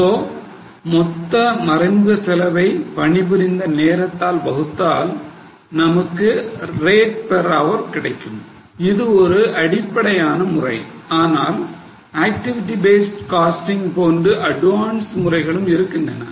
so மொத்த மறைமுக செலவை பணிபுரிந்த நேரத்தால் வகுத்தால் நமக்கு rate per hour கிடைக்கும் இது ஒரு அடிப்படையான முறை ஆனால் activity based costing போன்று அட்வான்ஸ் முறைகளும் இருக்கின்றன